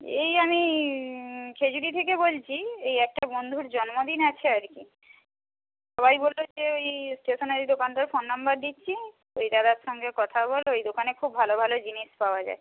এই আমি খেজুরি থেকে বলছি এই একটা বন্ধুর জন্মদিন আছে আর কি সবাই বলল যে ওই স্টেশনারি দোকানটার ফোন নাম্বার দিচ্ছি ওই দাদার সঙ্গে কথা বল ওই দোকানে খুব ভালো ভালো জিনিস পাওয়া যায়